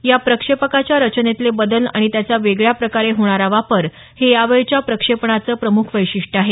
या प्रक्षेपकाच्या रचनेतले बदल आणि त्याचा वेगळ्या प्रकारे होणारा वापर हे यावेळच्या प्रक्षेपणाचं प्रमुख वैशिष्ट्य आहे